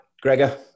Gregor